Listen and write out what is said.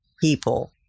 people